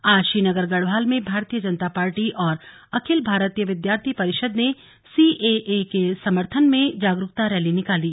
आज श्रीनगर गढ़वाल में भारतीय जनता पार्टी और अखिल भारतीय विद्यार्थी परिषद ने सीएए के समर्थन में जागरूकता रैली निकाली